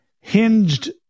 hinged